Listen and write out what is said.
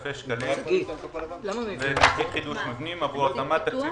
אלפי שקלים לחידוש מבנים עבור התאמת תקציב